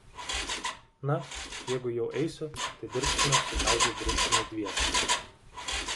na jeigu jau eisiu tai dirbsime su kaziu bričkumi dviese